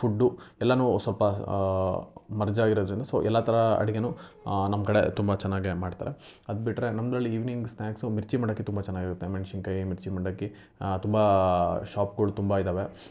food ಎಲ್ಲನೂ ಸ್ವಲ್ಪ merge ಆಗಿರೋದ್ರಿಂದ ಸೊ ಎಲ್ಲ ಥರ ಅಡಿಗೆನೂ ನಮ್ಮ ಕಡೆ ತುಂಬ ಚೆನ್ನಾಗೇ ಮಾಡ್ತಾರೆ ಅದು ಬಿಟ್ಟರೆ ನಮ್ಮದ್ರಲ್ಲಿ ಈವ್ನಿಂಗ್ ಸ್ನಾಕ್ಸು ಮಿರ್ಚಿ ಮಂಡಕ್ಕಿ ತುಂಬ ಚೆನ್ನಾಗಿರುತ್ತೆ ಮೆಣ್ಸಿನಕಾಯಿ ಮಿರ್ಚಿ ಮಂಡಕ್ಕಿ ತುಂಬ ಶಾಪ್ಗಳು ತುಂಬ ಇದ್ದಾವೆ